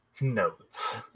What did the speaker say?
Notes